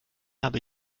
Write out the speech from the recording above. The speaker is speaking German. habe